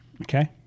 Okay